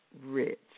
rich